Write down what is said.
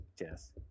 Yes